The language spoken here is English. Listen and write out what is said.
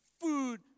food